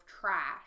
trash